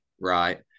Right